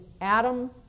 Adam